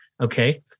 Okay